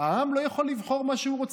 העם לא יכול לבחור מה שהוא רוצה.